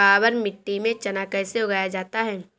काबर मिट्टी में चना कैसे उगाया जाता है?